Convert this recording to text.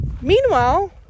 meanwhile